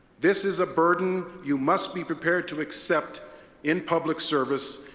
this is a burden you must be prepared to accept in public service,